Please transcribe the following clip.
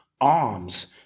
arms